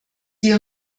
sie